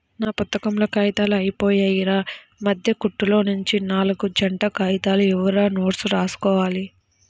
నా పుత్తకంలో కాగితాలు అయ్యిపొయ్యాయిరా, మద్దె కుట్టులోనుంచి నాల్గు జంట కాగితాలు ఇవ్వురా నోట్సు రాసుకోవాలి